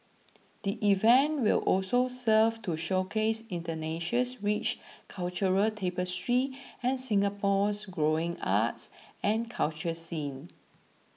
the event will also serve to showcase Indonesia's rich cultural tapestry and Singapore's growing arts and culture scene